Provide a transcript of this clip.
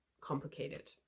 complicated